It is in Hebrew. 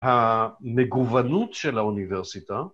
המגוונות של האוניברסיטה